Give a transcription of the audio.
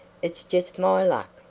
it's just my luck,